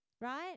Right